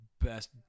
best